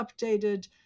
updated